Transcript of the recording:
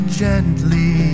gently